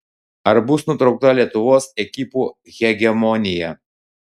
ar bus nutraukta lietuvos ekipų hegemonija